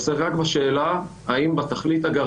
אנחנו נמצאים בדיון נוסף בהצעת חוק התכנית הכלכלית (תיקוני